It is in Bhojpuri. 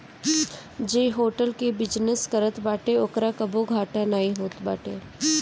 जे होटल कअ बिजनेस करत बाटे ओकरा कबो घाटा नाइ होत बाटे